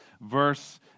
verse